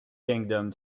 kingdom